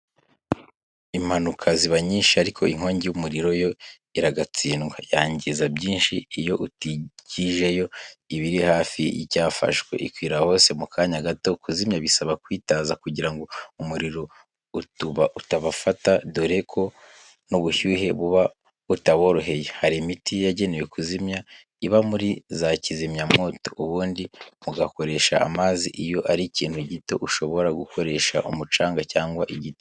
Impanuka ziba nyinshi, ariko inkongi y'umuriro yo iragatsindwa. Yangiza byinshi iyo utigijeyo ibiri hafi y'icyafashwe. Ikwira hose mu kanya gato. Kuzimya bisaba kwitaza kugira ngo umuriro utubafata dore ko n'ubushyuhe buba butaboroheye. Hari imiti yagenewe kuzimya iba muri za kizamwoto; ubundi mugakoresha amazi. Iyo ari ikintu gito ushobora gukoresha umucanga cyangwa igitaka.